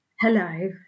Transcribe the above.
Hello